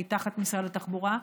שהיא תחת משרד התחבורה,